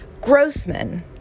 Grossman